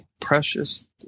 precious